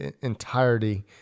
entirety